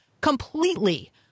completely